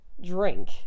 drink